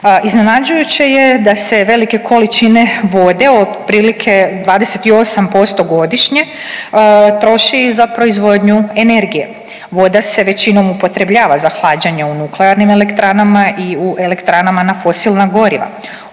Iznenađujuće je da se velike količine vode, otprilike 28% godišnje, troši za proizvodnju energije. Voda se većinom upotrebljava za hlađenje u nuklearnim elektranama i u elektranama na fosilna goriva,